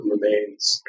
remains